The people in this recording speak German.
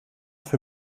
für